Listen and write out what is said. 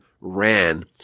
ran